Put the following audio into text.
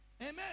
Amen